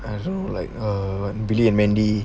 as in like err billy and mandy